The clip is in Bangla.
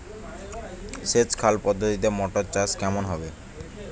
সেচ খাল পদ্ধতিতে মটর চাষ কেমন হবে?